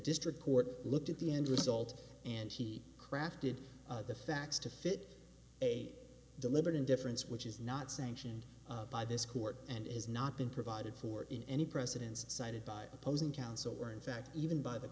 district court looked at the end result and he crafted the facts to fit a deliberate indifference which is not sanctioned by this court and has not been provided for in any precedents cited by opposing counsel or in fact even by the